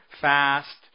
fast –